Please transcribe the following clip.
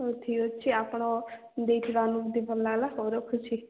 ହଉ ଠିକ୍ ଅଛି ଆପଣ ଦେଇଥିବା ଅନୁଭୂତି ଭଲ ଲାଗିଲା ହଉ ରଖୁଛି